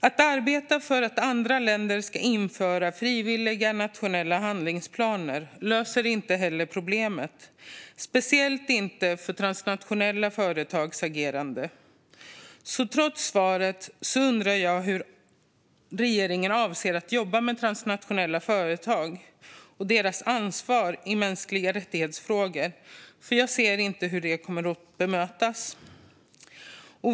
Att arbeta för att andra länder ska införa frivilliga nationella handlingsplaner löser inte heller problemet, speciellt inte när det gäller transnationella företags agerande. Trots svaret undrar jag hur regeringen avser att jobba med transnationella företag och deras ansvar i frågor om mänskliga rättigheter. Jag ser nämligen inte hur det kommer att bemötas.